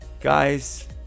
Guys